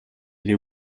или